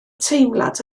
teimlad